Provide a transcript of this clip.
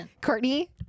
courtney